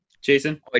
Jason